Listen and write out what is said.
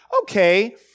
okay